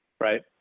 Right